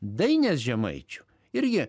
dainės žemaičių irgi